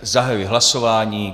Zahajuji hlasování.